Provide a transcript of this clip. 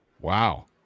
wow